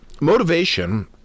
Motivation